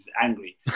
angry